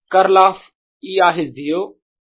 curl of E आहे 0